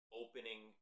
opening